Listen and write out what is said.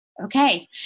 Okay